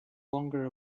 longer